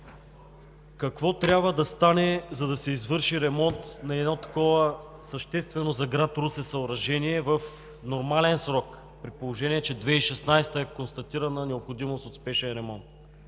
Какво трябва да стане, за да се извърши ремонт на такова съществено за град Русе съоръжение в нормален срок, при положение че през 2016-а е констатирана необходимост от спешен ремонт?